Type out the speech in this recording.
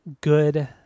good